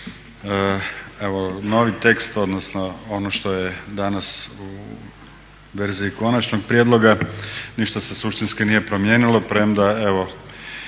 evo novi tekst, odnosno ono što je danas u verziji konačnog prijedloga ništa se suštinski nije promijenilo premda evo